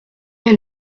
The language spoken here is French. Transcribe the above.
elle